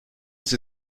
sie